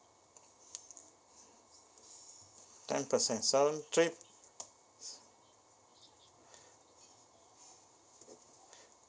ten percent seven three